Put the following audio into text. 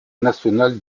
national